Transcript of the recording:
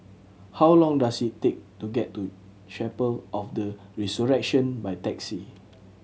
how long does it take to get to Chapel of the Resurrection by taxi